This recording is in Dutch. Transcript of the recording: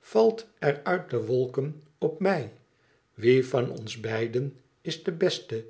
valt er uit de wolken op mij wie van ons beiden is de beste